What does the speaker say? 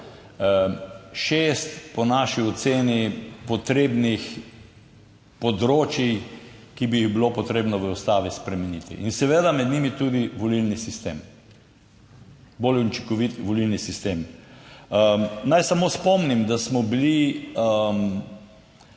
šest po naši oceni potrebnih področij, ki bi jih bilo potrebno v Ustavi spremeniti. In seveda med njimi tudi volilni sistem, bolj učinkovit volilni sistem. Naj samo spomnim, da smo bili